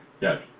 Yes